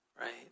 right